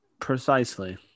Precisely